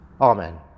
Amen